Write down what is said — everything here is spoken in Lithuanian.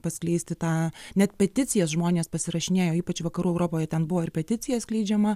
paskleisti tą net peticiją žmonės pasirašinėjo ypač vakarų europoje ten buvo ir peticija skleidžiama